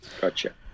Gotcha